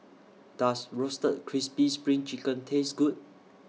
Does Roasted Crispy SPRING Chicken Taste Good